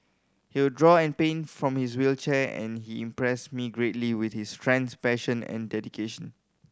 he would draw and paint from his wheelchair and he impressed me greatly with his strength passion and dedication